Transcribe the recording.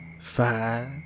five